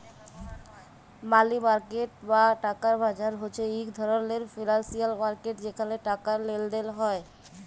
মালি market বা টাকার বাজার হছে ইক ধরলের ফিল্যালসিয়াল মার্কেট যেখালে টাকার লেলদেল হ্যয়